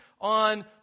on